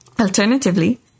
Alternatively